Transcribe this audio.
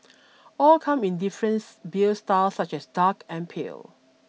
all come in difference beer styles such as dark and pale